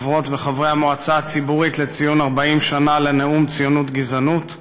חברות וחברי המועצה הציבורית לציון 40 שנה לנאום ציונות-גזענות,